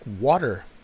water